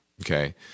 okay